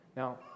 Now